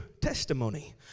testimony